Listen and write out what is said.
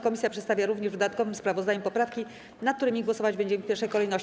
Komisja przedstawia również w dodatkowym sprawozdaniu poprawki, nad którymi głosować będziemy w pierwszej kolejności.